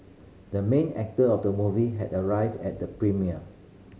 the main actor of the movie had arrived at the premiere